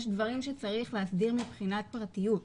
יש דברים שצריך להסדיר מבחינת פרטיות.